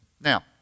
Now